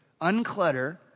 Unclutter